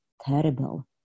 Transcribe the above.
terrible